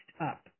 up